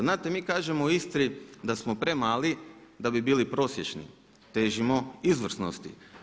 Znate mi kažemo u Istri da smo premali da bi bili prosječni, težimo izvrsnosti.